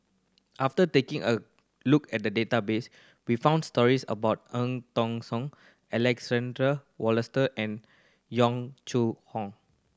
after taking a look at the database we found stories about Eng Tong Soon Alexander Wolster and Yong Chu Hong